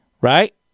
right